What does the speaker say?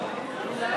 נתקבלה.